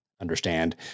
understand